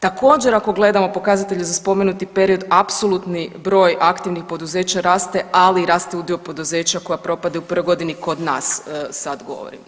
Također ako gledamo pokazatelje za spomenuti period apsolutni broj aktivnih poduzeća raste, ali raste udio poduzeća koja propadaju u prvoj godini kod nas sad govorim.